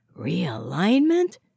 Realignment